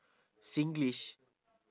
singlish